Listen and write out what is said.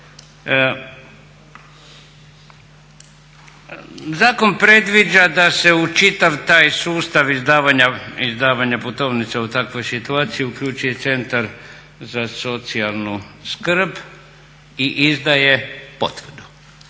Zakon predviđa da se u čitav taj sustav izdavanja putovnica u takvoj situaciji uključuje centar za socijalnu skrb i izdaje potvrdu.